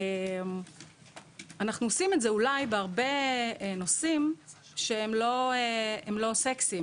אנחנו עושים את זה אולי בהרבה נושאים שהם לא סקסיים